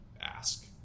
ask